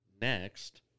Next